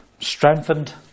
strengthened